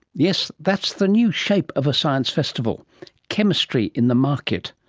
yes, that's the new shape of a science festival chemistry in the market.